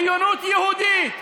יש הסכמה על עליונות יהודית,